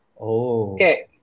Okay